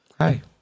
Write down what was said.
Hi